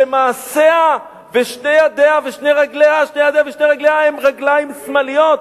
שמעשיה ושתי ידיה ושתי רגליה הם רגליים שמאליות.